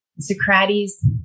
Socrates